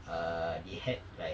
err they had like